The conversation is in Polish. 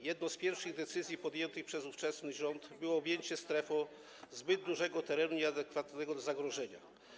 Jedną z pierwszych decyzji podjętych przez ówczesny rząd było objęcie strefą zbyt dużego terenu, nieadekwatnego do zagrożenia.